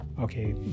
okay